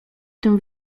tym